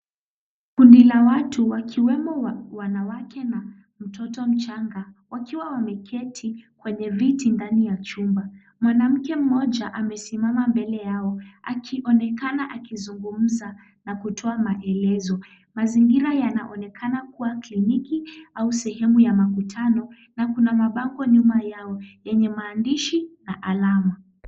Kundi la watu wakiwemo wanawake na mtoto mchanga, wakiwa wameketi, kwenye viti ndani ya chumba. Mwanamke mmoja amesimama mbele yao akionekana akizungumza na kutoa maelezo, mazingira yanaonekana kuwa kliniki au sehemu ya makutano, na kuna mabango nyuma yao yenye maandishi na alama.